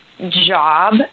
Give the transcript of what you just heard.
job